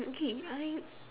okay I